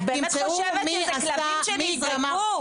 את באמת חושבת שזה כלבים שנזרקו?